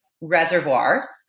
reservoir